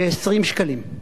ב-20 שקלים,